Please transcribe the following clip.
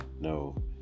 no